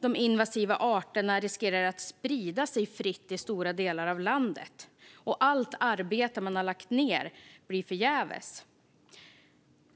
de invasiva arterna riskerar att sprida sig fritt i stora delar av landet. Allt arbete man har lagt ned blir då förgäves.